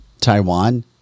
taiwan